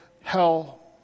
hell